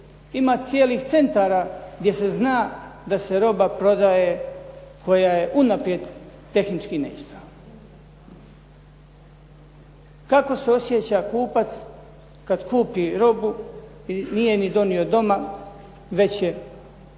Ima cijelih centara gdje se zna da se roba prodaje koja je unaprijed tehnički neispravna. Kako se osjeća kupac kad kupi robu, nije ni donio doma, već je